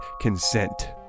consent